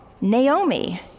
Naomi